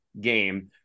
game